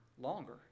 longer